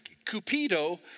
Cupido